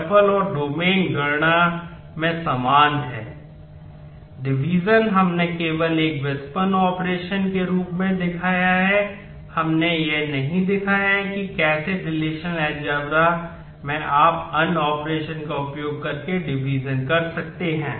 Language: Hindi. डिवीजन कैसे कर सकते हैं